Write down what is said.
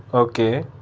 okay